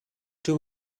two